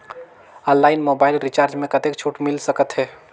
Online mobile recharge मे कतेक छूट मिल सकत हे?